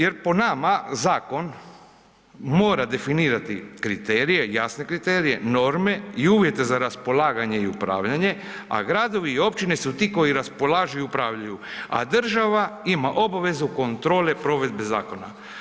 Jer po nama zakon mora definirati kriterije, jasne kriterije, norme i uvjete za raspolaganje i upravljanje a gradovi i općine su ti koji raspolažu i upravljaju, a država ima obavezu kontrole provedbe zakona.